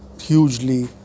hugely